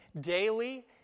daily